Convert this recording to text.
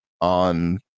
on